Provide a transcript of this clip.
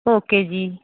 okay ਜੀ